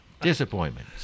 disappointment